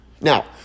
Now